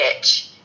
bitch